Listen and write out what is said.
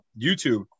YouTube